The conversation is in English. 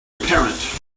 apparent